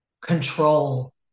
control